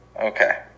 Okay